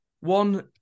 One